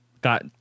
got